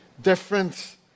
different